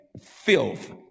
filth